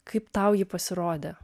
kaip tau ji pasirodė